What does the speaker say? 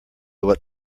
what